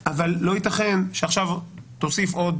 אבל לא ייתכן שתוסיף עוד